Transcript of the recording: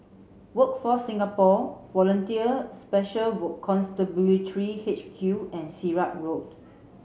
Workforce Singapore Volunteer Special Constabulary H Q and Sirat Road